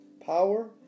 power